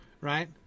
right